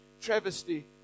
travesty